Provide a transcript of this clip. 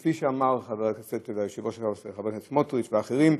וכפי שאמר חבר הכנסת והיושב-ראש סמוטריץ, ואחרים,